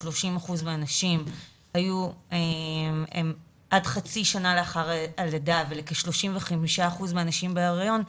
ל-30% מהנשים עד חצי שנה לאחר לידה ולכ-35% מהנשים בהיריון,